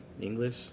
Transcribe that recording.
English